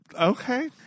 Okay